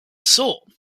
saw